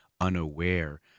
unaware